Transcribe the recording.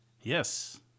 Yes